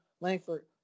Langford